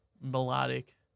melodic